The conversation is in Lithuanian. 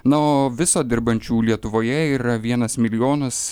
na o viso dirbančių lietuvoje yra vienas milijonas